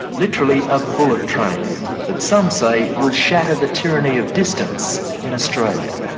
literally a bullet train that some say will shatter the tyranny of distance in australia.